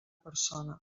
persona